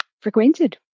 frequented